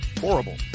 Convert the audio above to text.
Horrible